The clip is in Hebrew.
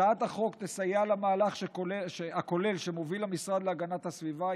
הצעת החוק תסייע למהלך הכולל שמוביל המשרד להגנת הסביבה,